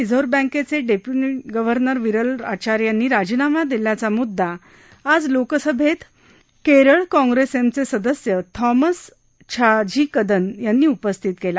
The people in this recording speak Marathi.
रिझर्व्ह बँकेचे डेप्यूटी गर्व्हनर विरल आचार्य यांनी राजीनामा दिल्याचा मुद्दा आज लोकसभेत केरळ काँग्रेस एमचे सदस्य थॉमस छाझिकदन यांनी उपस्थित केला